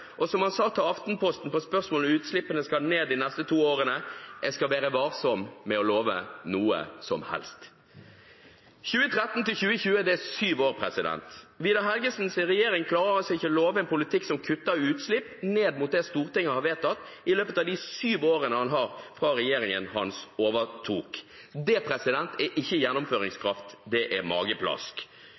og som han sa til Aftenposten på spørsmål om utslippene skal ned de neste to årene: Jeg skal være varsom med å love noe som helst. 2013 til 2020, det er syv år. Vidar Helgesens regjering klarer altså ikke å love en politikk som kutter utslipp ned mot det Stortinget har vedtatt i løpet av de syv årene han har fra regjeringens hans overtok. Det er ikke gjennomføringskraft, det er mageplask.